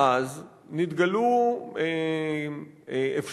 מאז נתגלו אפשרויות,